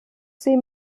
sie